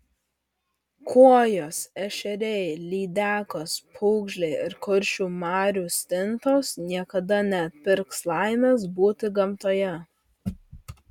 kuojos ešeriai lydekos pūgžliai ir kuršių marių stintos niekada neatpirks laimės būti gamtoje